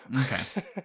Okay